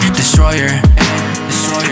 destroyer